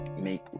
make